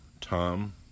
Tom